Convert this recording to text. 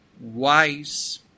wise